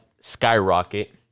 skyrocket